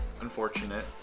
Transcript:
unfortunate